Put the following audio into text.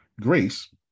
grace